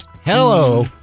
Hello